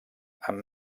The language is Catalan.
amb